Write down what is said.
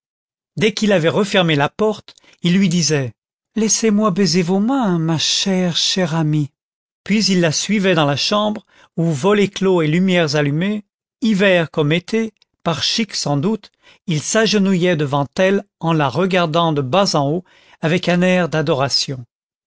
dès qu'il avait refermé la porte il lui disait laissez-moi baiser vos mains ma chère chère amie puis il la suivait dans la chambre où volets clos et lumières allumées hiver comme été par chic sans doute il s'agenouillait devant elle en la regardant de bas en haut avec un air d'adoration